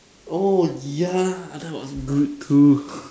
oh yeah that was good cool